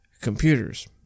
computers